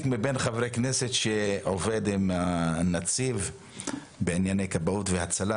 חברי הכנסת שעובד עם הנציב בענייני כבאות והצלה,